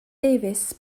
davies